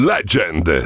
Legend